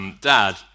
dad